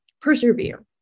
persevere